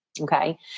Okay